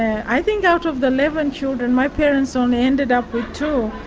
i think out of the eleven children my parents only ended up with two,